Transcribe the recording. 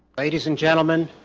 ladies and gentlemen